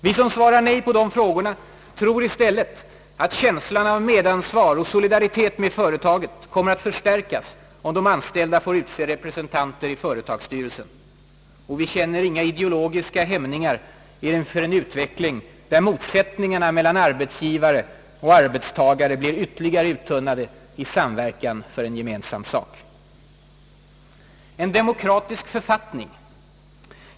Vi som svarar nej på frågorna tror i stället att känslan av medansvar och solidaritet med företaget kommer att förstärkas om de anställda får utse representanter i företagsstyrelsen,. Och vi känner inga ideologiska hämningar inför en utveckling som innebär att motsättningarna mellan arbetsgivare och arbetstagare blir ytterligare uttunnade i samverkan för en gemensam sak. Jag kommer sedan in på frågan om en demokratisk författning.